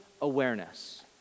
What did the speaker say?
awareness